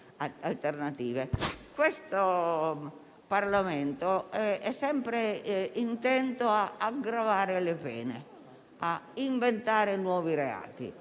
questo Parlamento è sempre intento ad aggravare le pene, ad inventare nuovi reati,